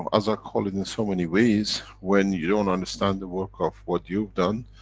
as i call it, in so many ways when you don't understand the work of what you've done,